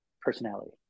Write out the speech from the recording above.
personality